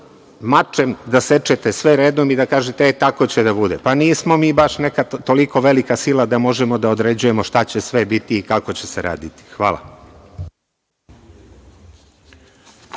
mačem da sečete sve redom i da kažemo, e tako će da bude, pa nismo mi baš nekad toliko velika sila da možemo da određujemo šta će sve biti i kako će se raditi. Hvala.